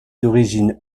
d’origine